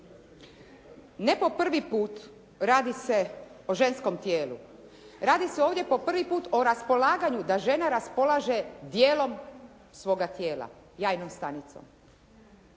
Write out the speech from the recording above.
Ne po prvi put radi se o ženskom tijelu. Radi se ovdje po prvi put o raspolaganju da žena raspolaže dijelom svoga tijela, jajnom stanicom.